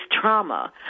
trauma